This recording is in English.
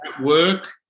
work